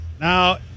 Now